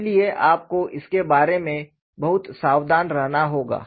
इसलिए आपको इसके बारे में बहुत सावधान रहना होगा